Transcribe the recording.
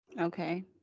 Okay